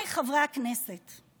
ולעשות את העבודה שלכם.